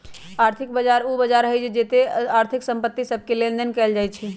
आर्थिक बजार उ बजार होइ छइ जेत्ते आर्थिक संपत्ति सभके लेनदेन कएल जाइ छइ